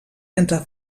entre